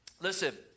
listen